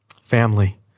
Family